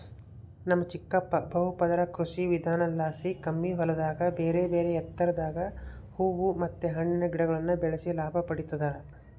ನಮ್ ಚಿಕ್ಕಪ್ಪ ಬಹುಪದರ ಕೃಷಿವಿಧಾನಲಾಸಿ ಕಮ್ಮಿ ಹೊಲದಾಗ ಬೇರೆಬೇರೆ ಎತ್ತರದಾಗ ಹೂವು ಮತ್ತೆ ಹಣ್ಣಿನ ಗಿಡಗುಳ್ನ ಬೆಳೆಸಿ ಲಾಭ ಪಡಿತದರ